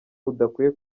udakwiye